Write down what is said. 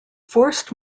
forced